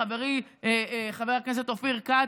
לחברי חבר הכנסת אופיר כץ.